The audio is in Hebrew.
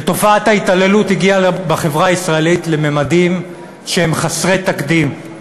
ותופעת ההתעללות הגיעה בחברה הישראלית לממדים שהם חסרי תקדים.